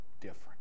different